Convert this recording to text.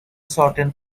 shortened